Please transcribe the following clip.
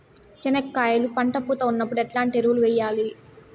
చెనక్కాయలు పంట పూత ఉన్నప్పుడు ఎట్లాంటి ఎరువులు వేయలి?